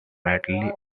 medley